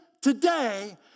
today